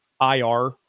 IR